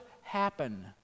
happen